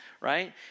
right